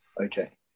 Okay